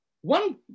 One